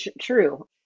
true